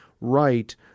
right